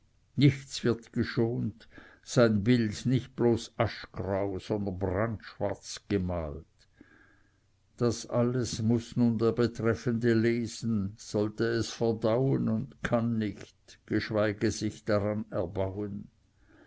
nichts wird geschont sein bild nicht bloß aschgrau sondern brandschwarz gemalt das alles nun muß der betreffende lesen sollte es verdauen und kann nicht geschweige sich daran erbauen